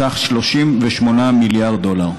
בסך 38 מיליארד דולר,